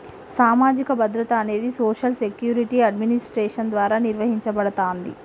సామాజిక భద్రత అనేది సోషల్ సెక్యూరిటీ అడ్మినిస్ట్రేషన్ ద్వారా నిర్వహించబడతాంది